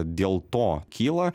dėl to kyla